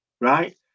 right